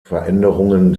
veränderungen